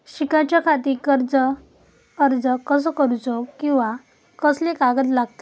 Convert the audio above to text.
शिकाच्याखाती कर्ज अर्ज कसो करुचो कीवा कसले कागद लागतले?